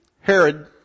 Herod